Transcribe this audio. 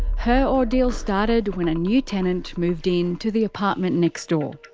her ordeal started when a new tenant moved into the apartment next door.